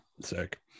Sick